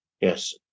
Yes